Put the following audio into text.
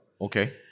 Okay